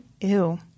Ew